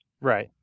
Right